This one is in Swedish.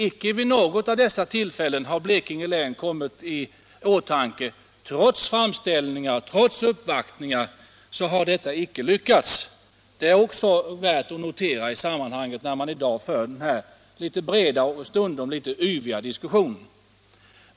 Icke vid något av dessa tillfällen har Blekinge län kommit i åtanke; trots framställningar och uppvaktningar har detta icke lyckats. Det är också värt att notera i sammanhanget, när man i dag för denna breda och stundom litet yviga diskussion.